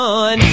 on